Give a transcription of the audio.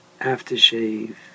aftershave